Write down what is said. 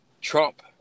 Trump